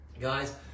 Guys